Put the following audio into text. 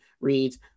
reads